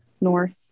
north